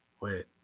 Wait